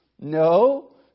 No